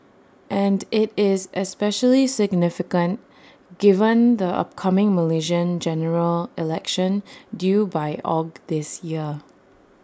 and IT is especially significant given the upcoming Malaysian General Election due by Aug this year